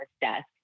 desk